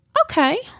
okay